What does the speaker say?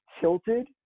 tilted